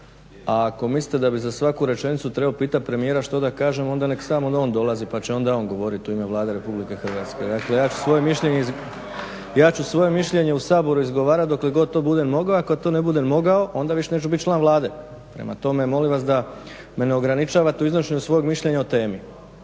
a ako mislite da bih za svaku rečenicu trebao pitati premijera što da kažem onda nek stalno on dolazi pa će onda on govoriti u ime Vlade RH. Dakle, ja ću svoje mišljenje u Saboru izgovarati dokle god to budem mogao, a kad to ne budem mogao onda više neću biti član Vlade. Prema tome, molim vas da me ne ograničavate u iznošenju svog mišljenja o temi.